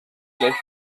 gleich